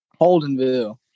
Holdenville